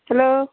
hello